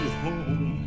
home